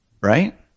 right